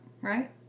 right